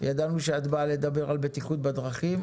ידענו שאת באה לדבר על בטיחות בדרכים,